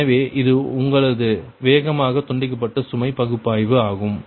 எனவே இது உங்களது வேகமாக துண்டிக்கப்பட்ட சுமை பாய்வு ஆகும்